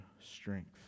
strength